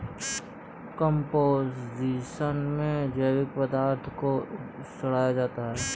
composting में जैविक पदार्थ को सड़ाया जाता है